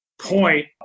point